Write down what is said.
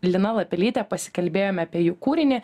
lina lapelyte pasikalbėjome apie jų kūrinį